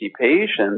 patients